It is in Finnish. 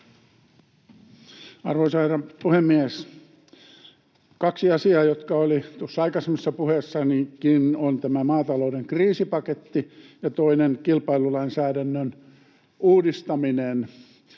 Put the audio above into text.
Arvoisa herra puhemies! Kaksi asiaa, jotka olivat noissa aikaisemmissakin puheissani: toinen on tämä maatalouden kriisipaketti ja toinen kilpailulainsäädännön uudistaminen.